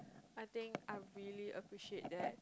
I think I really appreciate that